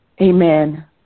Amen